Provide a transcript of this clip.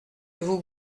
vous